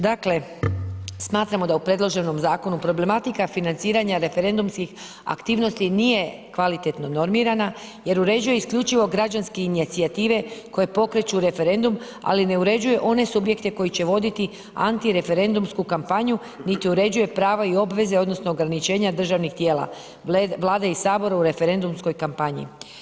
Dakle, smatramo da u predloženom zakonu problematika financiranja referendumskih aktivnosti nije kvalitetno normirana jer uređuje isključivo građanske inicijative koje pokreću referendum, ali ne uređuju one subjekte koji će voditi antireferendumsku kampanju, niti uređuje prava i obveze odnosno ograničenja državnih tijela Vlade i HS u referendumskoj kampanji.